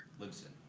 libsyn.